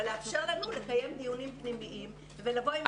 אבל לאפשר לנו לקיים דיונים פנימיים ולבוא עם